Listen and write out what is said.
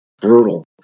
brutal